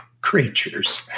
creatures